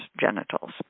genitals